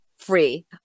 free